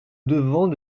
devant